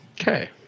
Okay